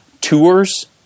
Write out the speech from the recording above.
tours